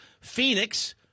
Phoenix